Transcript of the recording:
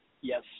Yes